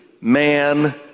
man